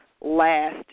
last